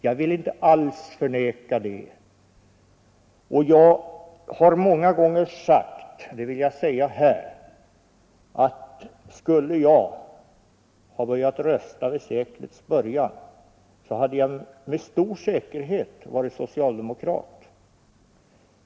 Jag vill inte alls förneka dessa resultat, och jag har många gånger sagt att jag, om jag skulle ha börjat rösta vid seklets början, med stor säkerhet då hade varit socialdemokrat.